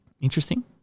Interesting